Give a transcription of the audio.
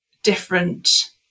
different